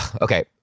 Okay